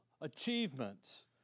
achievements